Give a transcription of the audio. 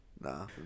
Nah